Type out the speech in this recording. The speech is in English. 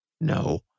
No